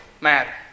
matter